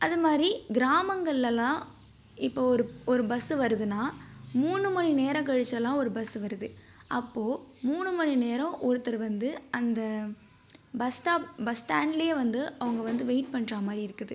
அது மாதிரி கிராமங்கள்லலாம் இப்போது ஒரு ஒரு பஸ் வருதுன்னா மூணு மணி நேரம் கழிச்செல்லாம் ஒரு பஸ் வருது அப்போது மூணு மணி நேரம் ஒருத்தர் வந்து அந்த பஸ் ஸ்டாப் பஸ் ஸ்டாண்ட்லையே வந்து அவங்க வந்து வெய்ட் பண்ணுற மாதிரி இருக்குது